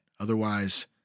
Otherwise